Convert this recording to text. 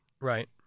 Right